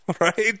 right